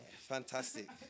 Fantastic